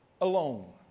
alone